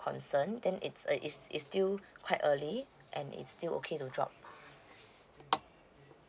concern then it's uh is is still quite early and it's still okay to drop